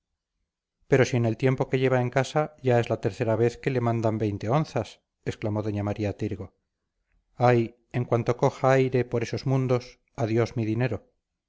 pero si en el tiempo que lleva en casa ya es la tercera vez que le mandan veinte onzas exclamó doña maría tirgo ay en cuanto coja aire por esos mundos adiós mi dinero